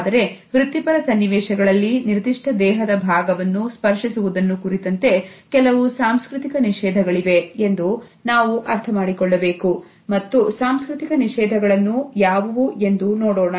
ಆದರೆ ವೃತ್ತಿಪರ ಸನ್ನಿವೇಶಗಳಲ್ಲಿ ನಿರ್ದಿಷ್ಟ ದೇಹದ ಭಾಗವನ್ನು ಸ್ಪರ್ಧಿಸುವುದನ್ನು ಕುರಿತಂತೆ ಕೆಲವು ಸಾಂಸ್ಕೃತಿಕ ನಿಷೇಧಗಳಿವೆ ಎಂದು ನಾವು ಅರ್ಥ ಮಾಡಿಕೊಳ್ಳಬೇಕು ಮತ್ತು ಸಾಂಸ್ಕೃತಿಕ ನಿಷೇಧಗಳನ್ನು ಯಾವುವು ಎಂದು ನೋಡೋಣ